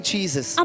Jesus